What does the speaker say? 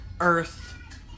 earth